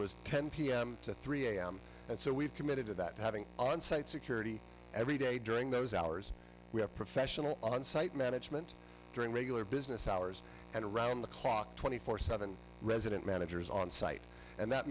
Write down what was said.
was ten p m to three a m and so we've committed to that having on site security every day during those hours we have professional on site management during regular business hours and around the clock twenty four seven resident managers on site and that